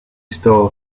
star